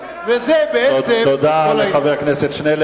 וזה בעצם כל העניין.